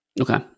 Okay